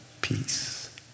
peace